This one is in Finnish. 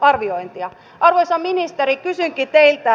arvoisa ministeri kysynkin teiltä